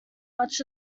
much